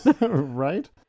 Right